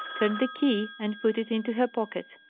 turned the key, and put it into her pocket.